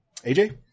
AJ